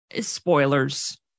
spoilers